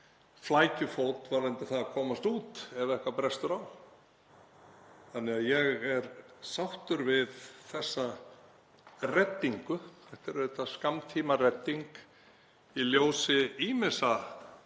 flækjufót varðandi það að komast út ef eitthvað brestur á. Þannig að ég er sáttur við þessa reddingu. Þetta er auðvitað til skammtímaredding í ljósi ýmissa ólíkra